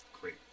great